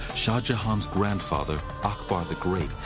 shah jahan's grandfather, akbar the great,